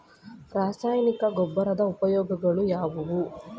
ರಾಸಾಯನಿಕ ಗೊಬ್ಬರದ ಉಪಯೋಗಗಳು ಯಾವುವು?